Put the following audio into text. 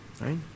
right